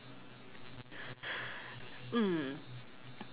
mm